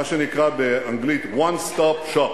מה שנקרא באנגלית One Stop Shop.